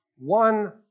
One